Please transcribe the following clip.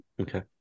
Okay